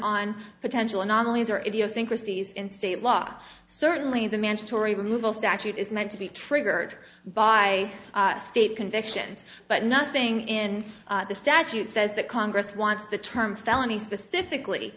on potential anomalies or idiosyncrasies in state law certainly the mandatory removal statute is meant to be triggered by state convictions but nothing in the statute says that congress wants the term felony specifically